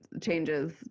changes